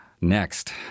Next